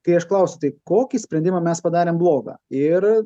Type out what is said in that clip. kai aš klausiu tai kokį sprendimą mes padarėm blogą ir